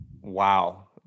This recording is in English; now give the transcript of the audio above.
Wow